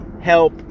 help